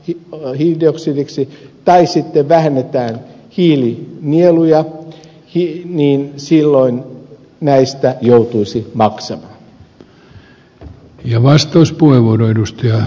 fi oloihin teoksen yksittäisiin poltetaan hiilidioksidiksi tai sitten vähennetään hiilinieluja silloin näistä joutuisi maksamaan